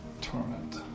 Torment